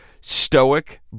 stoic